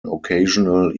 occasional